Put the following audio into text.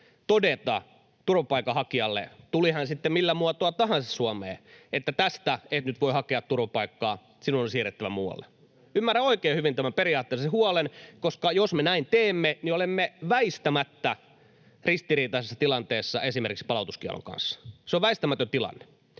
todeta turvapaikanhakijalle, tuli hän sitten millä muotoa tahansa Suomeen, että tästä et nyt voi hakea turvapaikkaa, sinun on siirryttävä muualle. Ymmärrän oikein hyvin tämän periaatteellisen huolen, koska jos me näin teemme, niin olemme väistämättä ristiriitaisessa tilanteessa esimerkiksi palautuskiellon kanssa. Se on väistämätön tilanne.